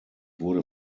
wurde